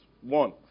One